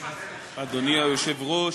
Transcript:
אדוני היושב-ראש,